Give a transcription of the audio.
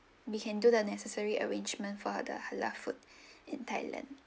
we can do the necessary arrangement for the halal food in thailand